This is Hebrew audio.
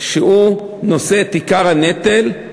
שהוא נושא את עיקר הנטל,